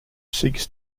seeks